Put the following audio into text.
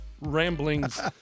ramblings